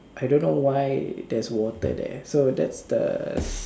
I don't know why there's water there so that's the